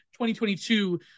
2022